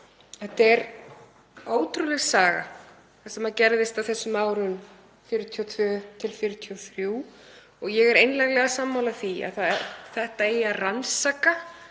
Þetta er ótrúleg saga sem gerðist á þessum árum, 1942–1943. Ég er einlæglega sammála því að þetta eigi að rannsaka.